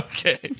Okay